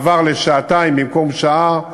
מעבר לשעתיים במקום שעה,